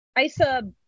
Isa